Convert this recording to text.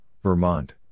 Vermont